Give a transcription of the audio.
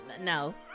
No